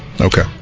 Okay